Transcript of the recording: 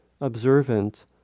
observant